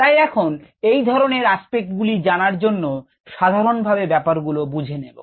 তাই এখন এই ধরনের আসপেক্ট গুলি জানার জন্য সাধারণভাবে ব্যপারগুলো বুঝবো